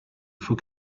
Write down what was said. faut